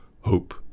hope